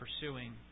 pursuing